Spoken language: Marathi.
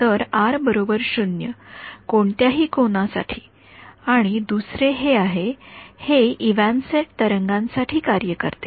तर कोणत्याही कोनासाठी आणि दुसरे हे आहे हे इव्हॅन्सेंट तरंगांसाठी कार्य करते